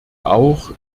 auch